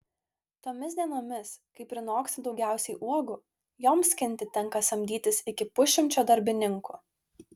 tomis dienomis kai prinoksta daugiausiai uogų joms skinti tenka samdytis iki pusšimčio darbininkų